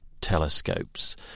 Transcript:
telescopes